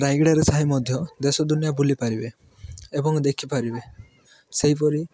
ରାୟଗଡ଼ାରେ ଥାଇ ମଧ୍ୟ ଦେଶ ଦୁନିଆରେ ବୁଲିପାରିବେ ଏବଂ ଦେଖିପାରିବେ ସେହିପରି